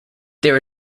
there